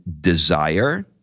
desire